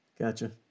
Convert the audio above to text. Gotcha